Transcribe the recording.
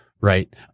right